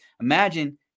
Imagine